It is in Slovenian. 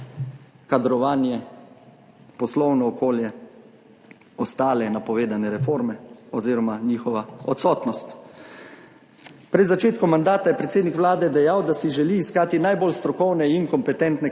kadrovanje, poslovno okolje, ostale napovedane reforme oziroma njihova odsotnost. Pred začetkom mandata je predsednik Vlade dejal, da si želi iskati najbolj strokovne in kompetentne